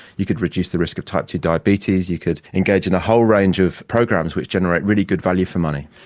you could reduce the risk of type ii diabetes, you could engage in a whole range of programs which generate really good value for money.